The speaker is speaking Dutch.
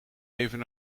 even